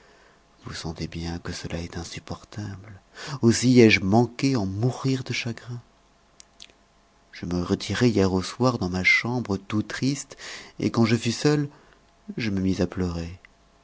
vous sentez bien que cela est insupportable aussi ai-je manqué en mourir de chagrin je me retirai hier au soir dans ma chambre tout triste et quand je fus seul je me mis à pleurer